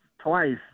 twice